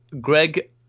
Greg